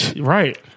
Right